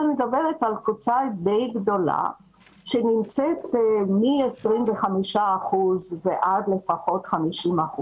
אני מדברת על קבוצה די גדולה שנמצאת מ-25% ועד לפחות 50%,